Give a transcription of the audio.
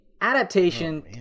Adaptation